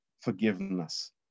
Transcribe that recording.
forgiveness